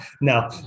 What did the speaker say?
No